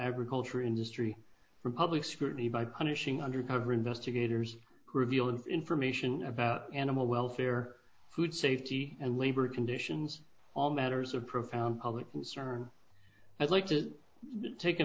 agriculture industry from public scrutiny by punishing undercover investigators reveal information about animal welfare food safety and labor conditions all matters of profound public concern i'd like to take a